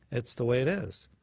it's the way it is.